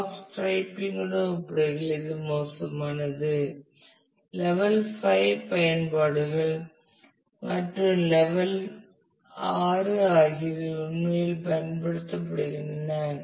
black ஸ்ட்ரைப்பிங்குடன் ஒப்பிடுகையில் இது மோசமானது லெவல் 5 பயன்பாடுகள் மற்றும் லெவல் 6 ஆகியவை உண்மையில் பயன்படுத்தப்படுகின்றன